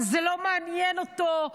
זה לא מעניין אותו,